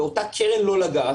באותה "קרן לא לגעת",